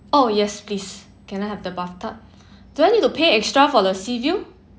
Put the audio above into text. oh yes please can I have the bathtub do I need to pay extra for the sea view